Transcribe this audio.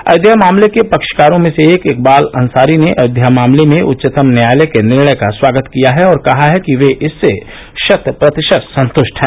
अयोध्या मामले के पक्षकारों में से एक इकबाल अंसारी ने अयोध्या मामले में उच्चतम न्यायालय के निर्णय का स्वागत किया है और कहा है कि वे इससे शत प्रतिशत संत्ष्ट हैं